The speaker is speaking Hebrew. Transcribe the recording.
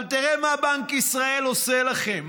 אבל תראה מה בנק ישראל עושה לכם,